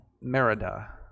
Merida